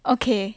ok